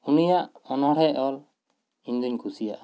ᱩᱱᱤᱭᱟᱜ ᱚᱱᱚᱬᱦᱮ ᱚᱞ ᱤᱧ ᱫᱚᱧ ᱠᱩᱥᱤᱭᱟᱜᱼᱟ